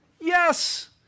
Yes